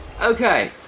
Okay